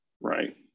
right